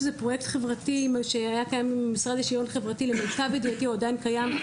זה פרויקט שפעל דרך המשרד לשוויון חברתי ולמיטב ידיעתי הוא עדיין קיים.